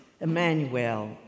Emmanuel